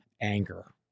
anger